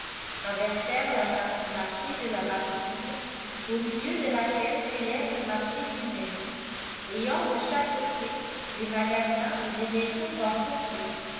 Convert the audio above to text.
traversèrent la place du marché de la basse ville au milieu de laquelle s'élève le marché lui-même ayant de chaque côté des magasins et des maisons d'entrepôt